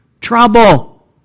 trouble